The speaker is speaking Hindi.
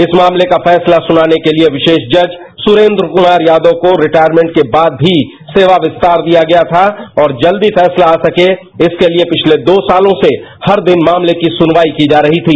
इस मामले का फैसला सुनाने के लिए विशेष जज सुरेन्द्र कूमार यादव को रिटायरमेंट के बाद भी सेवा विस्तार दिया गया था और जल्दी फैसला आ सके इसके लिए पिछले दो सातों से हर दिन मामले की सुनवाई की जा रही थी